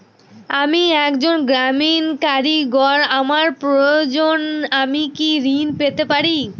আমি একজন গ্রামীণ কারিগর আমার প্রয়োজনৃ আমি কি ঋণ পেতে পারি?